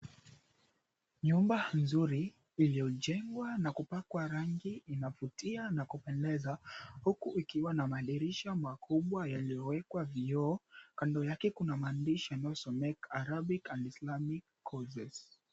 Nyumba nzuri iliyojengwa na kupakwa rangi inavutia na kupendeza huku ikiwa na madirisha makubwa yaliyowekwa vioo, kando yake kuna maandishi yanayosomeka, Arabic and Islamic Courses.